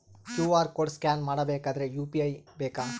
QR code scan ಮಾಡಬೇಕಾದರೆ UPI ಬೇಕಾ?